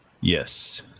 Yes